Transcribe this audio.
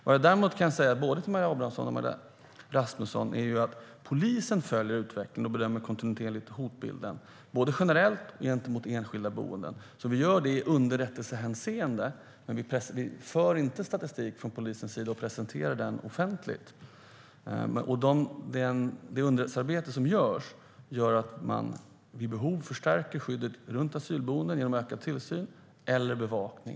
Vad jag däremot kan säga till både Maria Abrahamsson och Magda Rasmusson är att polisen följer utvecklingen och kontinuerligt bedömer hotbilden både generellt och mot enskilda boenden. Det sker i underrättelsehänseende, men polisen för inte statistik som presenteras offentligt. Det underrättelsearbete som görs är att man vid behov förstärker skyddet runt asylboenden genom ökad tillsyn eller bevakning.